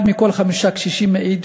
אחד מכל חמישה קשישים מעיד